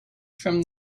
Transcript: from